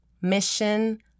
Mission